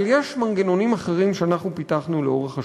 אבל יש מנגנונים אחרים שאנחנו פיתחנו לאורך השנים.